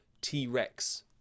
T-Rex